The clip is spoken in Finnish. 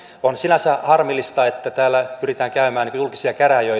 on sinänsä harmillista että täällä pyritään käymään julkisia käräjiä